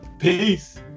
Peace